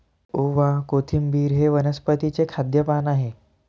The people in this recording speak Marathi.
ओवा, कोथिंबिर हे वनस्पतीचे खाद्य पान आहे